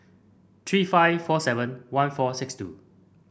three five four seven one four six two